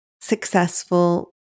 successful